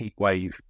heatwave